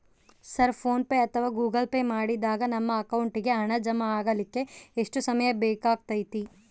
Sir PhonePe ಅಥವಾ Google Pay ಮಾಡಿದಾಗ ನಮ್ಮ ಅಕೌಂಟಿಗೆ ಹಣ ಜಮಾ ಆಗಲಿಕ್ಕೆ ಎಷ್ಟು ಸಮಯ ಬೇಕಾಗತೈತಿ?